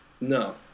No